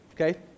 okay